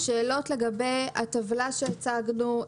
שאלות לגבי הטבלה שהצגנו,